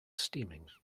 steaming